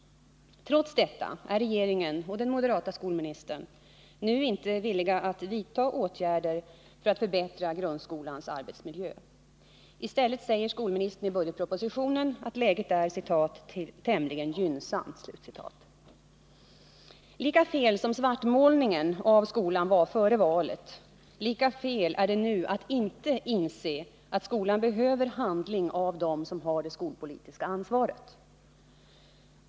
Trots detta är regeringen och den moderata skolministern nu inte villiga att vidta åtgärder för att förbättra grundskolans arbetsmiljö. I stället säger skolministern i budgetpropositionen att läget är ”tämligen gynnsamt”. Lika fel som svartmålningen av skolan var före valet, lika fel är det nu att inte inse att skolan behöver handling av dem som har det skolpolitiska ansvaret.